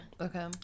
Okay